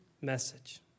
message